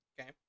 Okay